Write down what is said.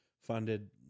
funded